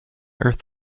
earth